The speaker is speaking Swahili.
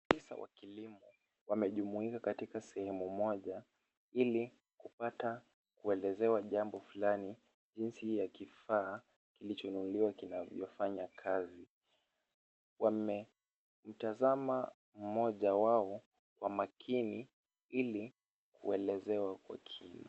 Maafisa wa kilimo wamejumuika katika sehemu moja ili kuelezewa jambo flani jinsi ya kifaa kilicho nunuliwa vile kinavyofanya kazi. Wametazama mmoja wao kwa makini ilikuelezewa kwa kina.